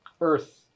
Earth